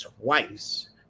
twice